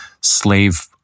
slave